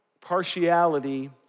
partiality